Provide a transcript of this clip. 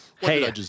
Hey